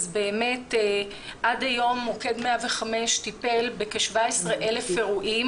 באמת עד היום מוקד 105 טיפל בכ-17,000 אירועים